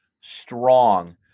strong